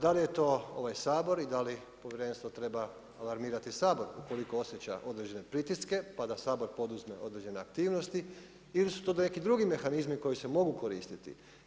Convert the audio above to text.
Da li je to ovaj Sabor i da li povjerenstvo treba alarmirati Sabor ukoliko osjeća određene pritiske pa da Sabor poduzme određene aktivnosti ili su to neki drugi mehanizmi koji se mogu koristiti.